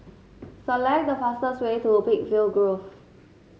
select the fastest way to Peakville Grove